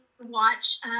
watch